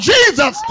Jesus